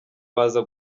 baza